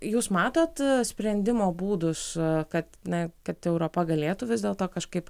jūs matot sprendimo būdus kad na kad europa galėtų vis dėlto kažkaip